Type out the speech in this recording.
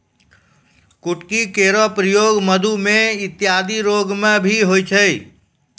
कुटकी केरो प्रयोग मधुमेह इत्यादि रोग म भी होय छै